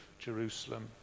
Jerusalem